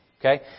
Okay